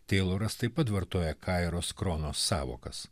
teiloras taip pat vartoja kairos kronos sąvokas